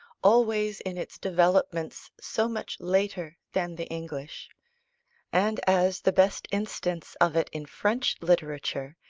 always in its developments so much later than the english and as the best instance of it in french literature,